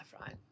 right